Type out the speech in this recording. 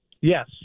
yes